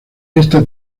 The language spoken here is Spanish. esta